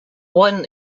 one